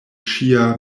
ŝia